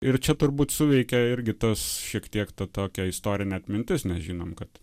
ir čia turbūt suveikė irgi tas šiek tiek ta tokia istorinė atmintis nes žinom kad